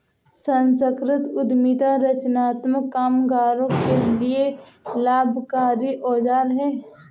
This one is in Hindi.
संस्कृति उद्यमिता रचनात्मक कामगारों के लिए लाभकारी औजार है